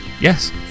Yes